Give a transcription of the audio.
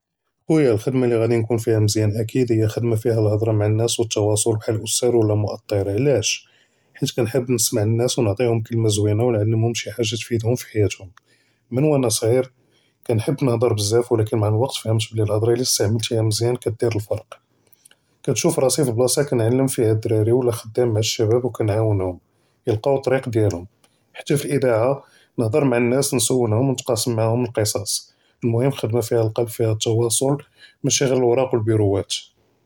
חוּיַא הַכְּדַמָה לִי גַ'אִי נְכוּן פִיהּ מְזְיָּאן אַכִּיד הִי הַכְּדַמָה פִיהּ הַדְרָה מַעַ נָאס וּתִתְוַאסַל בְּחַל אַסְתַּאד וְלָא מֻאַתְּ'ר לְעַלַש, חִית כַּנְחַב נִסְמַע נָאס וְנְעַטִיְּהֶם קְלֶמַה זְוִינָה וְנְעַלֵּםְהֶם שִי חַאגָ'ה תְפִידְהֶם פִי חְיַאתְהֶם מִן וַאָנָא ṣְ'עִיר כַּנְחַב נְהַדְר בְּזַאף וְלָקִין מַע הַוְקְת פְהַםְת בִּלִי הַדְרָה אִלָא אִסְתַעְמַלְתָהּ מְזְיָּאן כַּדִּיר הַפְרַק כַּנְשּוּף רַאסִי פִי בְּלַאסֶה כַּנְעַלֵּם פִיהָ הַדְרָאְרִי וְלָא חֻדָּאם מַעַ אֶשְּׁבַּאב וְכַנְעַוֶונְהֶם יִלְקָאוּ אֱטְ-טַרִיק דְיַאלְהֶם ḥַתִּי פִי אִידַעַה נְהַדְר מַעַ נָאס וְנְסוּלְהֶם וְנִתְקַאסֵם מַעַהֶם אֶלְקִסַּאס הַמְּהִם חֻדְמָה פִיהָ הַלְבּ פִיהָ תִתְוַאסַל מְשִי גִ'ר אֻלְוָאק וְהַפִּירוּוָאט.